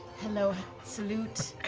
hello, salute,